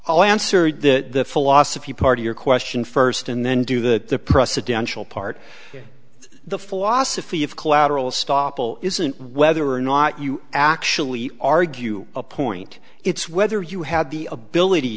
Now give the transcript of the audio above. all answered the philosophy part of your question first and then do that the presidential part of the philosophy of collateral stoppel isn't whether or not you actually argue a point it's whether you have the ability